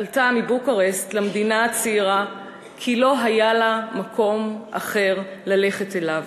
עלתה מבוקרשט למדינה הצעירה כי לא היה לה מקום אחר ללכת אליו.